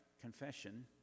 confession